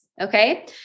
okay